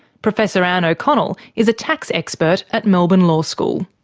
professor ann o'connell is a tax expert at melbourne law school.